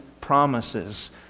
promises